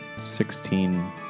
sixteen